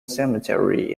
cemetery